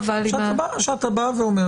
כשאתה בא ואומר